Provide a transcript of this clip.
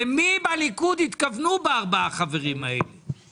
למי בליכוד התכוונו בארבעת החברים האלה?